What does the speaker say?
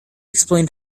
explain